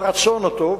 ברצון הטוב,